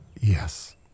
Yes